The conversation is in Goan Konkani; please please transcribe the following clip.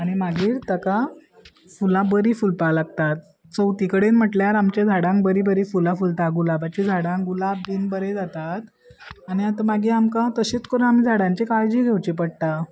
आनी मागीर ताका फुलां बरी फुलपा लागतात चवथी कडेन म्हटल्यार आमच्या झाडांक बरी बरी फुलां फुलता गुलाबाची झाडां गुलाब बी बरें जातात आनी आतां मागीर आमकां तशीच करून आमी झाडांची काळजी घेवची पडटा